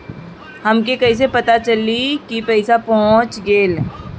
हमके कईसे पता चली कि पैसा पहुच गेल?